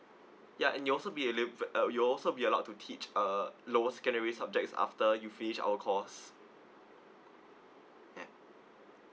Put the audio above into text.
ya and you also be uh liv~ uh you also be allowed to teach uh lower secondary subjects after you finish our course ya